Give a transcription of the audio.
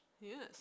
Yes